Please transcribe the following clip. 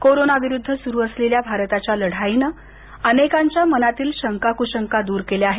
कोरोनाविरुद्ध सुरू असलेल्या भारताच्या लढाईनं अनेकांच्या मनातील शंका कुशंका दूर केल्या आहेत